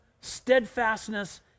steadfastness